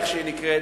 איך שהיא נקראת,